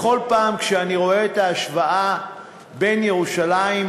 בכל פעם כשאני רואה את ההשוואה בין ירושלים,